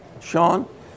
Sean